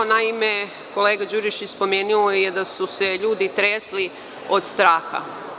Naime, kolega Đurišić je spomenuo da su se ljudi tresli od straha.